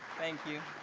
thank you.